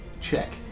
check